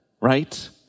right